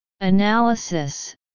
Analysis